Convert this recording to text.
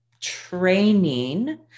training